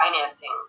financing